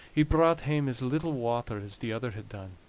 he brought hame as little water as the other had done,